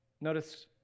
Notice